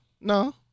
No